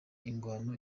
ingwano